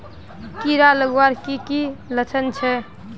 कीड़ा लगवार की की लक्षण छे?